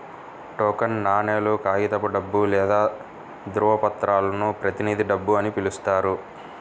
token నాణేలు, కాగితపు డబ్బు లేదా ధ్రువపత్రాలను ప్రతినిధి డబ్బు అని పిలుస్తారు